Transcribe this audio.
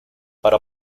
para